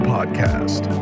Podcast